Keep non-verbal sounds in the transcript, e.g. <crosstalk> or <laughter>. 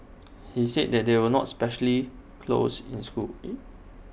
he said they were not especially close in school <noise>